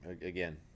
Again